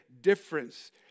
difference